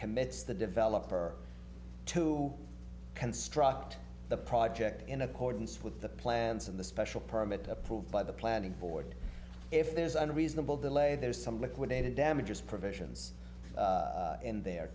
commits the developer to construct the project in accordance with the plan in the special permit approved by the planning board if there's a reasonable delay there's some liquidated damages provisions in there